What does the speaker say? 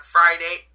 Friday